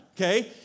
okay